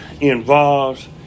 involves